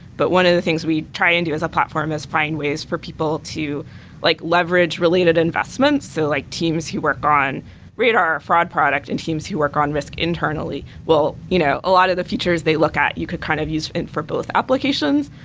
but one of the things we try and do as a platform is find ways for people to like leverage related investments, so like teams who work on radar or fraud product and teams who work on risk internally. well, you know a lot of the features they look at, you could kind of use for both applications.